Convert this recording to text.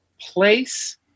place